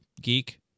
geek